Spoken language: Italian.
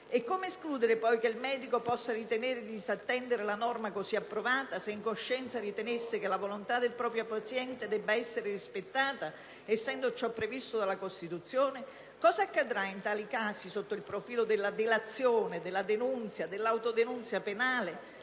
E come escludere poi che il medico possa ritenere di disattendere la norma così approvata, se in coscienza ritenesse che la volontà del proprio paziente debba essere rispettata essendo ciò previsto dalla Costituzione? Cosa accadrà in tali casi sotto il profilo della delazione, della denunzia e dell'autodenunzia penale?